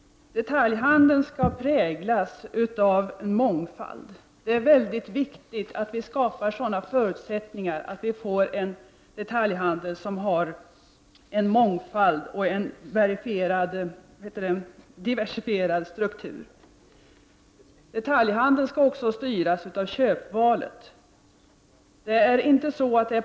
Detaljhandeln skall präglas av mångfald. Det är mycket viktigt att vi skapar sådana förutsättningar att vi får en detaljhandel som har en mångfald och en diversifierad struktur. Detaljhandeln skall också styras av köpvalet.